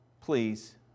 please